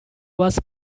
was